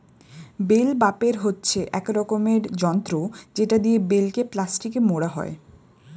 bell wrapper হচ্ছে এক রকমের যন্ত্র যেটা দিয়ে বেলকে প্লাস্টিকে মোড়া হয়